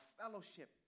fellowship